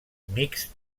mixt